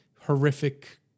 horrific